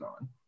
on